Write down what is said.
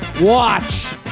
watch